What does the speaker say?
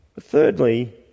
Thirdly